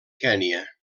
kenya